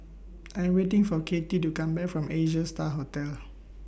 I Am waiting For Cathie to Come Back from Asia STAR Hotel